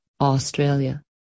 Australia